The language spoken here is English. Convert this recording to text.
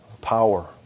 power